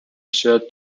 sir